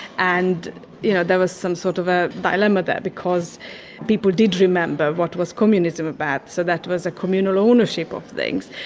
and you know there was some sort of a dilemma there because people did remember what was communism about so that was a communal ownership of things,